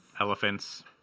Elephants